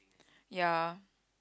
ya